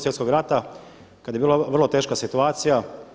Svjetskog rata kada je bila vrlo teška situacija.